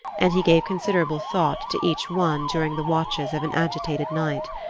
and he gave considerable thought to each one during the watches of an agitated night.